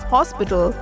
Hospital